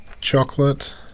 chocolate